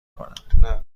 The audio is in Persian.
کنم